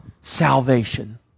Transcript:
salvation